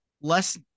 less